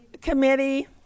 committee